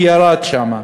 שירד שם.